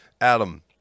Adam